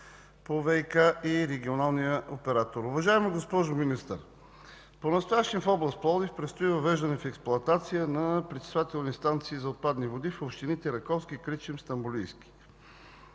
по ВиК и регионалния оператор. Уважаема госпожо Министър, понастоящем в област Пловдив предстои въвеждане в експлоатация на пречиствателни станции за отпадни води в общините Раковски, Кричим и Стамболийски.